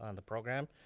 um the program.